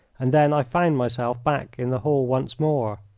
and then i found myself back in the hall once more.